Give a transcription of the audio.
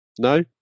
No